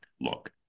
look